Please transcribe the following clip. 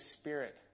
Spirit